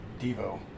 Devo